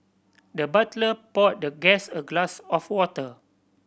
the butler poured the guest a glass of water